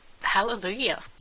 Hallelujah